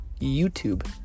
YouTube